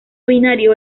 binario